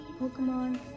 pokemon